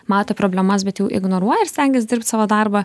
mato problemas bet jau ignoruoja ir stengias dirbt savo darbą